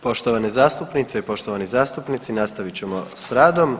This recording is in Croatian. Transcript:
Poštovane zastupnice i poštovani zastupnici nastavit ćemo sa radom.